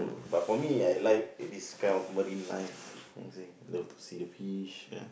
but for me I like this kind of marine life how to say love to see the fish ah